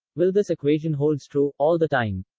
will this equation holds true all the time?